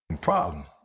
problem